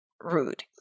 rude